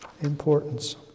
importance